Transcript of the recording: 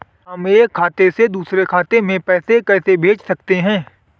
हम एक खाते से दूसरे खाते में पैसे कैसे भेज सकते हैं?